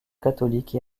catholique